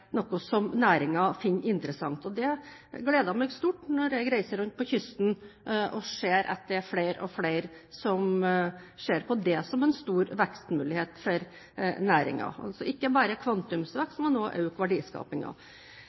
noe som næringen finner interessant. Det gleder meg stort når jeg reiser langs kysten og ser at det er flere og flere som ser på det som en stor vekstmulighet for næringen – altså ikke bare